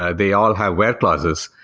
ah they all have where clauses.